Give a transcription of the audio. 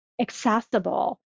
accessible